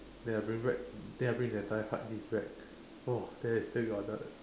then I bring back then I bring the entire hard disk back !wah! then still got the